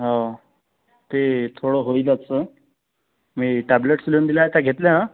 हो ते थोडं होईल असं मी टॅब्लेट्स लिहून दिल्या त्या घेतल्या अं